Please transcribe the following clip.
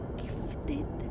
gifted